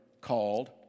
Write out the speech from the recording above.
called